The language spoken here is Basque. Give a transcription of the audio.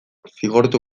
zigortu